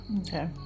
Okay